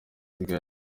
kigali